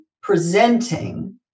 presenting